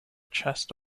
chest